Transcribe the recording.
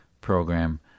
program